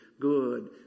good